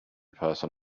person